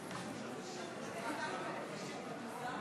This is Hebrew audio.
של חברי הכנסת ישראל